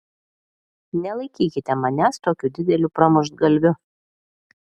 nelaikykite manęs tokiu dideliu pramuštgalviu